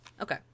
Okay